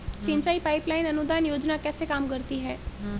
सिंचाई pipeline अनुदान योजना कैसे काम करती है?